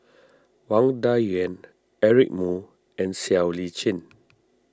Wang Dayuan Eric Moo and Siow Lee Chin